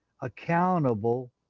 accountable